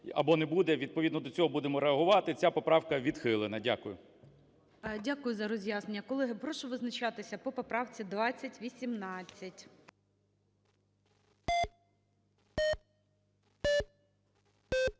або не буде, відповідно до цього будемо реагувати. Ця поправка відхилена. Дякую. ГОЛОВУЮЧИЙ. Дякую за роз'яснення. Колеги, прошу визначатися по поправці 2018.